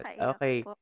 okay